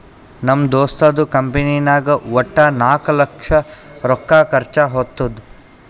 ನಮ್ ದೋಸ್ತದು ಕಂಪನಿನಾಗ್ ವಟ್ಟ ನಾಕ್ ಲಕ್ಷ ರೊಕ್ಕಾ ಖರ್ಚಾ ಹೊತ್ತುದ್